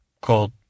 called